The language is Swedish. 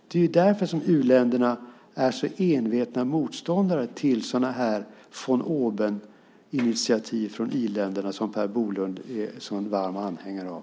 Det är därför som u-länderna är sådana envetna motståndare till sådana von oben initiativ från i-länderna som Per Bolund är en sådan varm anhängare av.